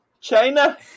China